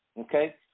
Okay